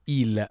il